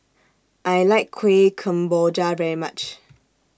I like Kueh Kemboja very much